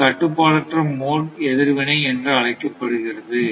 இது கட்டுப்பாடற்ற மோட் எதிர்வினை என்று அழைக்கப்படுகிறது